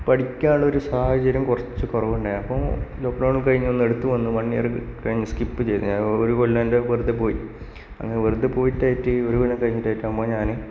പഠിക്കാനുള്ള ഒര് സാഹചര്യം കുറച്ചു കുറവുണ്ടായിരുന്നു അപ്പോൾ ലോക്ഡോൺ കഴിഞ്ഞ് ഒന്നുഎടുത്ത് വന്ന് വൺ ഇയർ കഴിഞ്ഞ് സ്കിപ്പ് ചെയ്ത് ഞാൻ ഒരുകൊല്ലം എൻറെ വെറുതെ പോയി അങ്ങനെ വെറുതെ പോയിട്ടായിട്ട് ഒരുകൊല്ലം കഴിഞ്ഞിട്ടായിട്ട് അപ്പോൾ ഞാന്